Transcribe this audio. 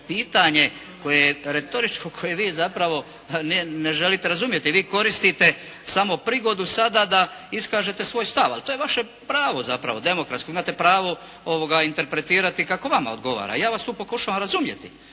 pitanje retoričko koje vi zapravo ne želite razumjeti. Vi koristite prigodu sada da iskažete svoj stav, ali to je vaše pravo zapravo demokratsko, imate pravo interpretirati kako vama odgovara. Ja vas tu pokušavam razumjeti.